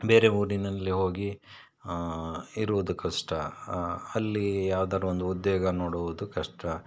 ಬೇರೆ ಊರಿನಲ್ಲಿ ಹೋಗಿ ಇರುವುದು ಕಷ್ಟ ಅಲ್ಲಿ ಯಾವ್ದಾದ್ರು ಒಂದು ಉದ್ಯೋಗ ನೋಡುವುದು ಕಷ್ಟ